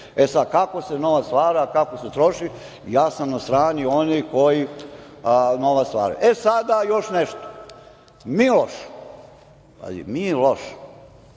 E sad, kako se novac stvara, kako se troši, ja sam na strani onih koji novac stvaraju.E sada još nešto. Miloš,